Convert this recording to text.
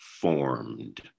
formed